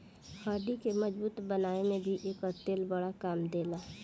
हड्डी के मजबूत बनावे में भी एकर तेल बड़ा काम देला